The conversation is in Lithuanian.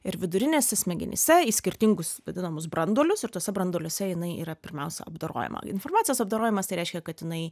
ir vidurinėse smegenyse į skirtingus vadinamus branduolius ir tuose branduoliuose jinai yra pirmiausia apdorojama informacijos apdorojimas tai reiškia kad jinai